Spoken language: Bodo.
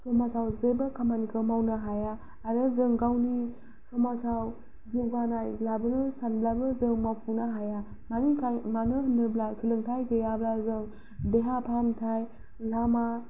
समाजाव जेबो खामानिखौ मावनो हाया आरो जों गावनि समाजाव जौगानाय लाबोनो सानब्लाबो जों मावफुंनो हाया मानो ओंखाय मानो होनोब्ला सोलोंथाय गैयाब्ला जों देहा फाहामथाय लामा